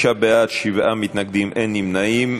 35 בעד, שבעה מתנגדים, אין נמנעים.